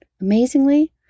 Amazingly